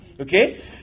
Okay